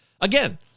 Again